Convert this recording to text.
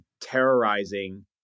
terrorizing